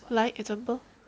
like example